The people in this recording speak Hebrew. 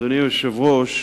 אדוני היושב-ראש,